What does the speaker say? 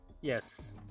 Yes